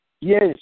Yes